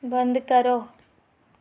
बंद करो